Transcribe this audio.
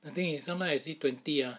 the thing is sometimes I see twenty ah